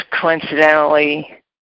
coincidentally